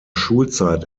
schulzeit